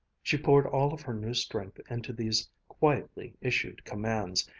she poured all of her new strength into these quietly issued commands,